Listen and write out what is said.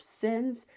sins